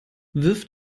wirf